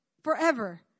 Forever